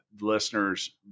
listeners